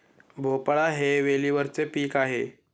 भोपळा हे वेलीवरचे पीक आहे